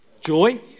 Joy